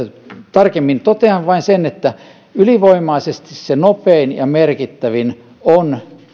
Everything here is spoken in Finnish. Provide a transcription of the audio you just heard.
tarkemmin vastaa totean vain sen että ylivoimaisesti se nopein ja merkittävin on